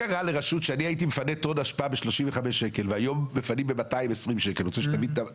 משלם עוד 1,000 או 1,500 שקל בשנה בארנונה שלו ואפילו